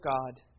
God